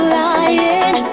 lying